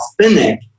authentic